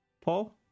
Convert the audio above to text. Paul